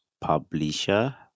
publisher